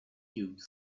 cubes